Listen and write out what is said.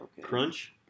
crunch